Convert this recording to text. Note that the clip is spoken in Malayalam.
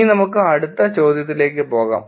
ഇനി നമുക്ക് അടുത്ത ചോദ്യത്തിലേക്ക് പോകാം